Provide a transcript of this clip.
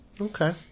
Okay